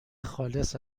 خالص